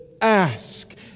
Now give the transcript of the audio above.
ask